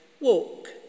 walk